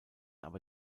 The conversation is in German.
aber